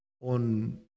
on